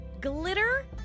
glitter